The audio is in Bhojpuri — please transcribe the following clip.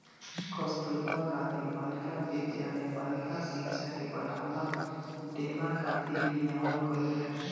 कस्तूरबा गांधी बालिका विद्यालय बालिका शिक्षा के बढ़ावा देहला खातिर लियावल गईल रहे